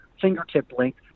fingertip-length